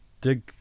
dig